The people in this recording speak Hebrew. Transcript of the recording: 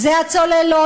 זה הצוללות,